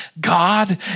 God